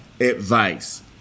advice